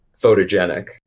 photogenic